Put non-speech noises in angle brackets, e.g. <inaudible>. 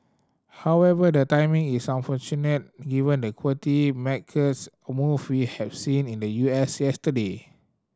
however the timing is unfortunate given the equity <unintelligible> move we have seen in the U S yesterday